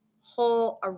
whole